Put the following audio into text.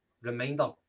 reminder